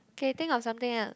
can you think of something else